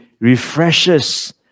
refreshes